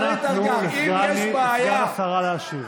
אנא תנו לסגן השרה להשיב.